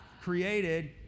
created